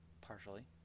Partially